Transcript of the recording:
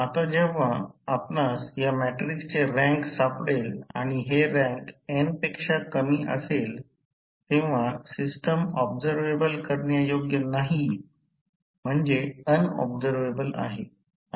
आता जेव्हा आपणास या मॅट्रिक्सचे रँक सापडेल आणि हे रँक n पेक्षा कमी असेल तेव्हा सिस्टम ऑब्झरवेबल करण्यायोग्य नाही म्हणजे अन ऑब्झरवेबल आहे